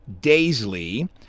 Daisley